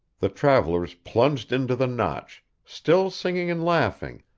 the travellers plunged into the notch, still singing and laughing,